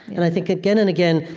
and i think again and again,